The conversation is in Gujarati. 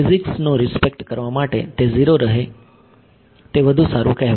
ફીઝીક્સ નો રીસ્પેક્ટ કરવા માટે તે 0 રહે તે વધુ સારું કહેવાય